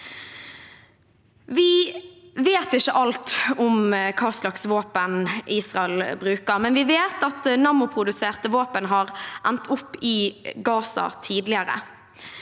Vi vet ikke alt om hva slags våpen Israel bruker, men vi vet at Nammo-produserte våpen har endt opp i Gaza tidligere.